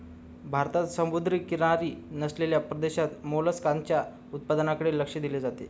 भारतात समुद्रकिनारी नसलेल्या प्रदेशात मोलस्काच्या उत्पादनाकडे लक्ष दिले जाते